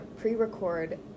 pre-record